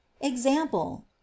Example